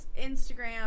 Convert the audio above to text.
Instagram